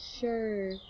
sure